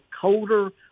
colder